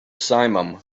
simum